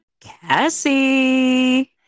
Cassie